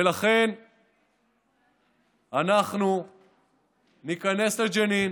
ולכן אנחנו ניכנס לג'נין